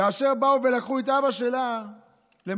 כאשר באו ולקחו את אבא שלה למעצר.